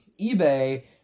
eBay